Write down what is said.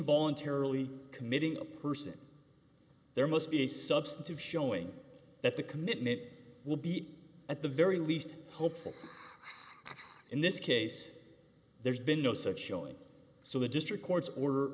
voluntarily committing a person there must be a substantive showing that the commitment will be at the very least hopeful in this case there's been no such showing so the district court's or